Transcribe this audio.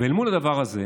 ואל מול הדבר הזה